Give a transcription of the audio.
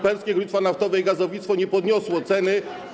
Polskie Górnictwo Naftowe i Gazownictwo nie podniosło ceny.